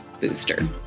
booster